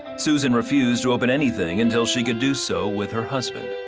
susan refused to open anything until she could do so with her husband.